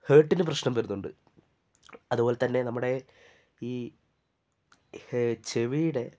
ഹാർട്ടിന് പ്രശ്നം വരുന്നുണ്ട് അതുപോലെ തന്നെ നമ്മുടെ ഈ ചെവിയുടെ